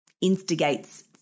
instigates